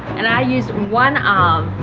and i use one arm,